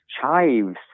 chives